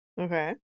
Okay